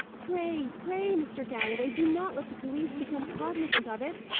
pray, pray, mr. galloway, do not let the police become cognizant of it!